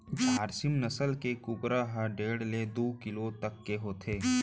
झारसीम नसल के कुकरा ह डेढ़ ले दू किलो तक के होथे